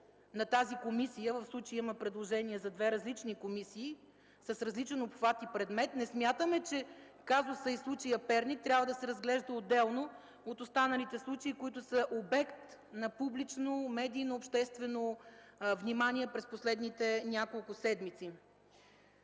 на тази комисия. В случая има предложение за две различни комисии с различен обхват и предмет. Не смятаме, че казусът и случаят в Перник трябва да се разглежда отделно от останалите случаи, които са обект на публично, медийно и обществено внимание през последните няколко седмици.